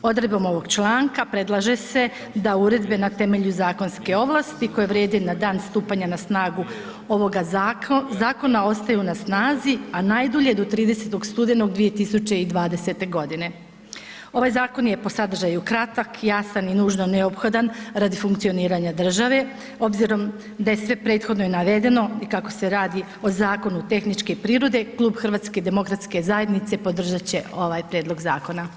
Odredbom ovog članka predlaže se da uredbe na temelju zakonske ovlasti, koje vrijede na dan stupanja na snagu ovoga zakona, ostaju na snazi, a najdulje do 30. studenog 2020. g. Ovaj zakon je po sadržaju kratak, jasan i nužno neophodan, radi funkcioniranja države, obzirom da je sve prethodno i navedeno i kako se radi o zakonu tehničke prirode, Klub HDZ-a podržat će ovaj prijedlog zakona.